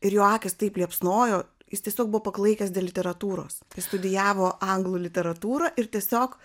ir jo akys taip liepsnojo jis tiesiog buvo paklaikęs dėl literatūros studijavo anglų literatūrą ir tiesiog